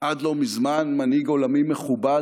עד לא מזמן מנהיג עולמי מכובד,